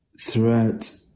throughout